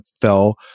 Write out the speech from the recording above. fell